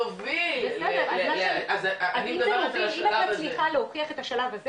להוביל --- אז אם את מצליחה להוכיח את השלב הזה